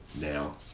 now